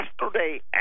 yesterday